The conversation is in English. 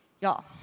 Y'all